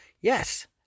yes